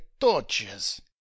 torches